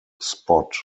spot